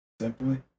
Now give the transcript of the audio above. simply